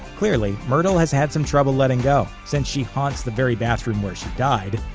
clearly, myrtle has had some trouble letting go, since she haunts the very bathroom where she died,